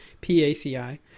P-A-C-I